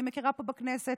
אני מכירה פה בכנסת